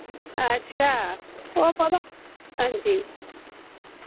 अच्छा हां जी